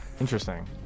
Interesting